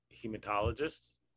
hematologist